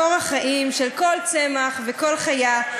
מקור החיים של כל צמח וכל חיה,